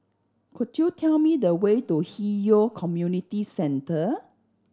could you tell me the way to Hwi Yoh Community Centre